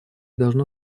должно